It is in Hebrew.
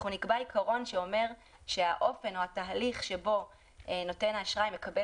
אנחנו נקבע עיקרון שאומר שהתהליך שבו נותן האשראי מקבל